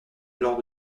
lors